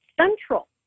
central